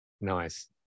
Nice